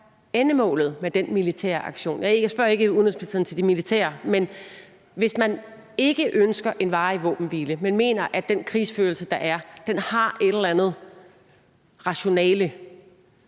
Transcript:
endemålet med den militære aktion er. Jeg spørger ikke udenrigsministeren til det militære. Hvis man ikke ønsker en varig våbenhvile, men mener, at den krigsførelse, der er, har et eller andet rationale,